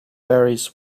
berries